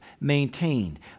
maintained